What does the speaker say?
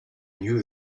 knew